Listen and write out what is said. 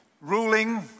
Ruling